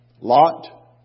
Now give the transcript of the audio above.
Lot